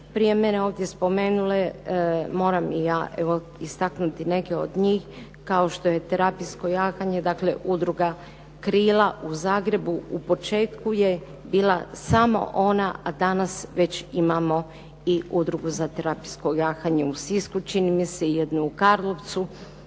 prije mene ovdje spomenule, moram i ja evo istaknuti neke od njih kao što je terapijsko jahanje, dakle udruga "Krila" u Zagrebu. U početku je bila samo ona, a danas već imamo i Udrugu za terapijsko jahanje u Sisku čini mi se i jednu u Karlovcu.